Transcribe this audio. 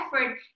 effort